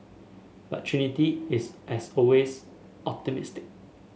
but Trinity is as always optimistic